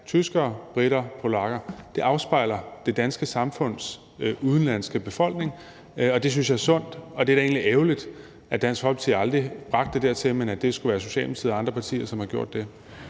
tyskere, briter og polakker. Det afspejler det danske samfunds udenlandske befolkning. Det synes jeg er sundt, og det er da egentlig ærgerligt, at Dansk Folkeparti aldrig bragte det dertil, men at det skulle være Socialdemokratiet og andre partier, som gjorde det.